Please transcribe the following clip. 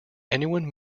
anyone